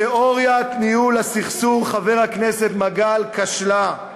תיאוריית ניהול הסכסוך, חבר הכנסת מגל, כשלה.